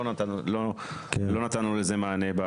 לא נתנו לזה מענה.